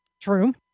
True